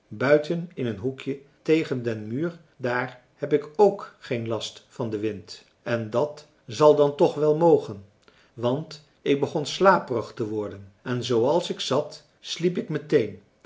buiten in een hoekje tegen den muur daar heb ik k geen last van den wind en dat zal dan toch wel mogen want ik begon slaperig te worden en zooals ik zat sliep ik meteen